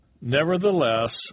Nevertheless